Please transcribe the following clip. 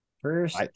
First